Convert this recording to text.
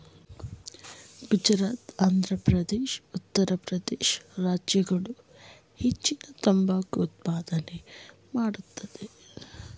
ಗುಜರಾತ್, ಆಂಧ್ರಪ್ರದೇಶ, ಉತ್ತರ ಪ್ರದೇಶ ರಾಜ್ಯಗಳು ಹೆಚ್ಚಿನ ತಂಬಾಕು ಉತ್ಪಾದನೆ ಮಾಡತ್ತದೆ